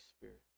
Spirit